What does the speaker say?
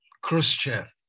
Khrushchev